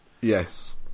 Yes